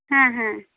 হ্যাঁ হ্যাঁ